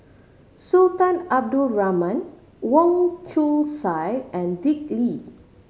Sultan Abdul Rahman Wong Chong Sai and Dick Lee